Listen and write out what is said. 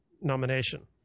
nomination